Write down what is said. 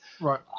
Right